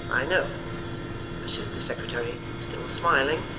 i know pursued the secretary, still smiling,